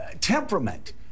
temperament